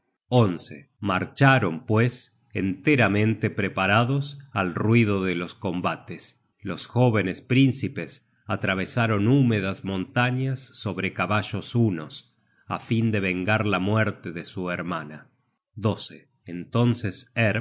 marcharon pues enteramente preparados al ruido de los combates los jóvenes príncipes atravesaron húmedas montañas sobre caballos hunos á fin de vengar la muerte de su hermana entonces